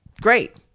Great